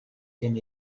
gen